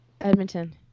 Edmonton